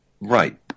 Right